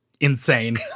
insane